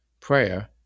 Prayer